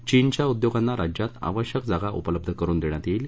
चीनच्या उद्योगांना राज्यात आवश्यक जागा उपलब्ध करून देण्यात येईल